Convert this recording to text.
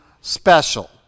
special